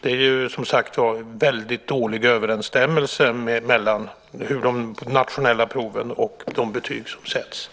Det är som sagt väldigt dålig överensstämmelse mellan de nationella proven och de betyg som sätts.